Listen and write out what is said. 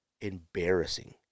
embarrassing